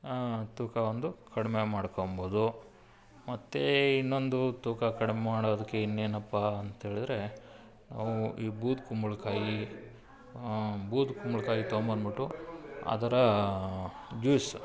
ತೂಕ ಒಂದು ಕಡಿಮೆ ಮಾಡಿಕೊಂಬೋದು ಮತ್ತು ಇನ್ನೊಂದು ತೂಕ ಕಡಿಮೆ ಮಾಡೋದಕ್ಕೆ ಇನ್ನೇನಪ್ಪಾ ಅಂತೇಳಿದರೆ ಅವು ಈ ಬೂದು ಕುಂಬಳ್ಕಾಯಿ ಬೂದು ಕುಂಬಳ್ಕಾಯಿ ತೋಬಂದುಬಿಟ್ಟು ಅದರ ಜ್ಯೂಸ್